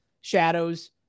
shadows